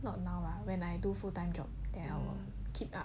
not now lah when I do full time job then I will keep up